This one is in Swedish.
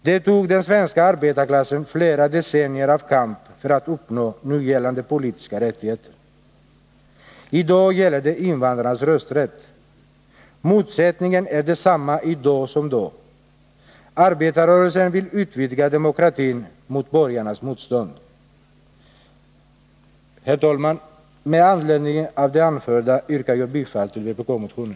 Det tog den svenska arbetarklassen flera decennier av kamp för att uppnå nu gällande politiska rättigheter. I dag är det frågan om invandrarnas rösträtt. Motsättningen är densamma i dag som då. Arbetarrörelsen vill utvidga demokratin mot borgarnas motstånd. Herr talman! Med det anförda yrkar jag bifall till vpk-motionen.